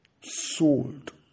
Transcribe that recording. sold